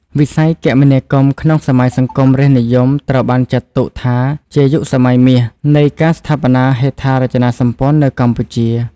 វិស័យគមនាគមន៍ក្នុងសម័យសង្គមរាស្ត្រនិយមត្រូវបានចាត់ទុកថាជា "យុគសម័យមាស" នៃការស្ថាបនាហេដ្ឋារចនាសម្ព័ន្ធនៅកម្ពុជា។